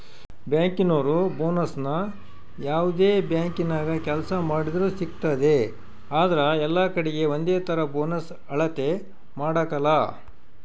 ಬ್ಯಾಂಕಿನೋರು ಬೋನಸ್ನ ಯಾವ್ದೇ ಬ್ಯಾಂಕಿನಾಗ ಕೆಲ್ಸ ಮಾಡ್ತಿದ್ರೂ ಸಿಗ್ತತೆ ಆದ್ರ ಎಲ್ಲಕಡೀಗೆ ಒಂದೇತರ ಬೋನಸ್ ಅಳತೆ ಮಾಡಕಲ